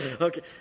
Okay